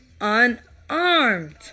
unarmed